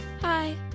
Hi